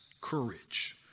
courage